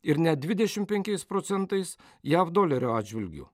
ir net dvidešimt penkiais procentais jav dolerio atžvilgiu